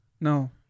No